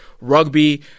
rugby